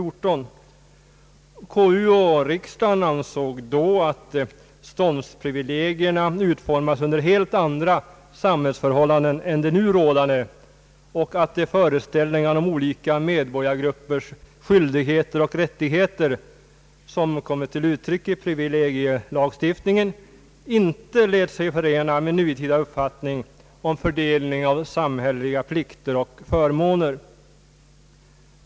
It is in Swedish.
Konstitutionsutskottet och riksdagen ansåg då att ståndsprivilegierna utformats under helt andra samhällsförhållanden än de nu rådande och att de föreställningar om olika medborgargruppers skyldigheter och rättigheter, som kommit till uttryck i privilegielagstiftningen, inte lät sig förena med nutida uppfatt ning om fördelning av samhälleliga plikter och förmåner.